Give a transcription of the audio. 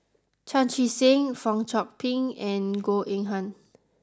Chan Chee Seng Fong Chong Pik and Goh Eng Han